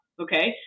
okay